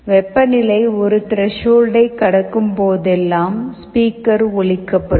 வெப்பநிலை ஒரு திரேஷால்டை கடக்கும் போதெல்லாம் ஸ்பீக்கர் ஒலிக்கப்படும்